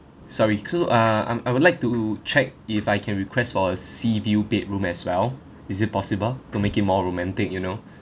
sorry so uh I'm I would like to check if I can request for a sea view bedroom as well is it possible to make it more romantic you know